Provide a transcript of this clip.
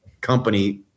company